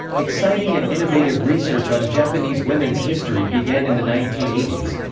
exciting and innovative research on japanese women's history began in the nineteen eighty s.